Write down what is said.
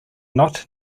not